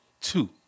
two